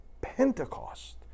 Pentecost